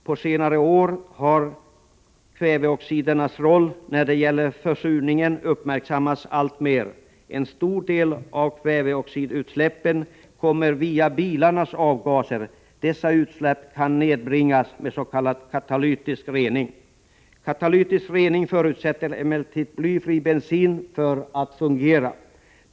På senare år har kväveoxidernas roll när det gäller försurningen uppmärksammats alltmer. En stor del av kväveoxidutsläppen kommer via bilarnas avgaser. Dessa utsläpp kan nedbringas med s.k. katalytisk rening. Katalytisk rening förutsätter emellertid blyfri bensin för att fungera.